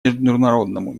международному